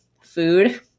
food